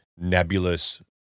nebulous